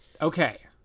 Okay